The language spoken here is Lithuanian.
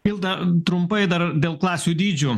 milda trumpai dar dėl klasių dydžių